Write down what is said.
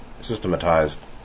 systematized